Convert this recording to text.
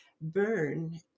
burn